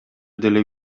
деле